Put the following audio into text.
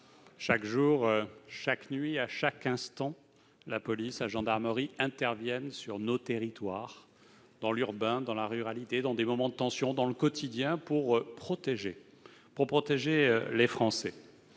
chaque jour, chaque nuit, à chaque instant, la police et la gendarmerie interviennent sur nos territoires, urbains comme ruraux, dans des moments de tension, dans le quotidien, pour protéger les Français.